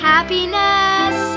Happiness